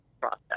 process